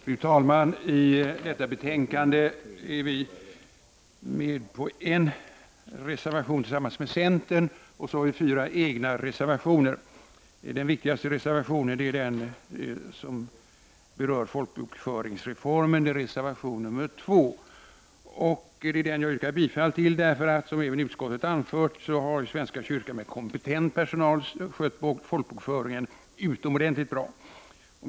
Fru talman! I det här betänkandet har vi en reservation tillsammans med centern och fyra egna reservationer. Den viktigaste reservationen är den som berör folkbokföringsreformen, reservation 2. Jag yrkar bifall till den. Som även utskottet anför har Svenska kyrkan med kompetent personal skött folkbokföringen utomordentligt bra.